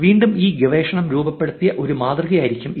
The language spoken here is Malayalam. വീണ്ടും ഈ ഗവേഷണം രൂപപ്പെടുത്തിയ ഒരു മാതൃകയായിരിക്കും ഇത്